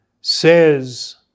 says